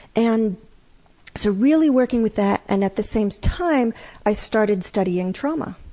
and so really working with that, and at the same time i started studying trauma.